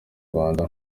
rwanda